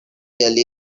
early